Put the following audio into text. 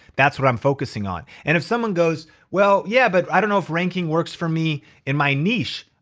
that's what i'm focusing on. and if someone goes well, yeah but i don't know if ranking works for me in my niche.